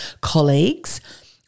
colleagues